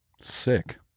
Sick